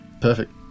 Perfect